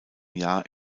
jahr